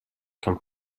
come